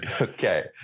Okay